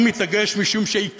אפשר ללכת לעשות פגיעות, ועקרון